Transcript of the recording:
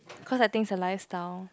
cause I think it's a lifestyle